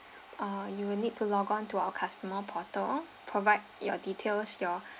uh you need to log on to our customer portal provide your details your